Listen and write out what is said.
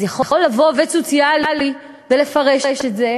אז יכול לבוא עובד סוציאלי ולפרש את זה